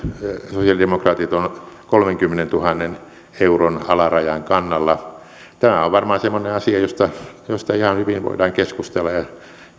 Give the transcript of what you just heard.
sosialidemokraatit ovat kolmenkymmenentuhannen euron alarajan kannalla tämä on varmaan semmoinen asia josta josta ihan hyvin voidaan keskustella ja